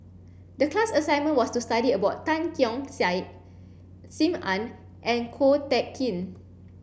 the class assignment was to study about Tan Keong Saik Sim Ann and Ko Teck Kin